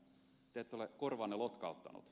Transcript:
te ette ole korvaanne lotkauttanut